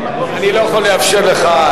אני לא יכול לאפשר לך,